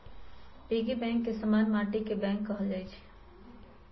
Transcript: piggy bank के समान्य माटिके बैंक कहल जाइ छइ